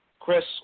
Chris